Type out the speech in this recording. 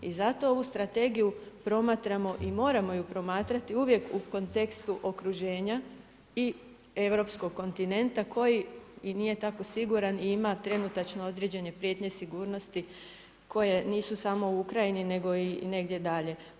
I zato ovu strategiju promatramo i moramo ju promatrati uvijek u kontekstu okruženja i europskog kontinenta koji i nije tako siguran i ima trenutačno određene prijetnje sigurnosti koje nisu samo u Ukrajini, nego i negdje dalje.